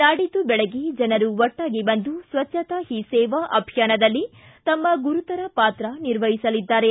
ನಾಡಿದ್ದು ಬೆಳಗ್ಗೆ ಜನರು ಒಟ್ಟಾಗಿ ಬಂದು ಸ್ವಚ್ಛತಾ ಹೀ ಸೇವಾ ಅಭಿಯಾನದಲ್ಲಿ ತಮ್ಮ ಗುರುತರ ಪಾತ್ರ ನಿರ್ವಹಿಸಲಿದ್ದಾರೆ